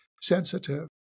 sensitive